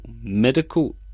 medical